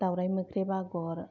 दावराइ मोख्रेब आगर